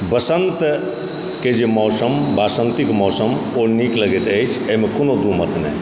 बसन्तके जे मौसम बासन्तिक मौसम ओ नीक लगैत अछि एहिमे कोनो दू मत नहि